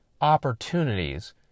opportunities